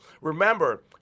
Remember